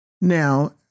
Now